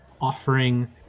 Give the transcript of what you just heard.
offering